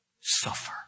Suffer